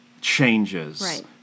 changes